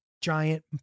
giant